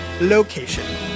location